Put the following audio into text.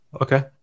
Okay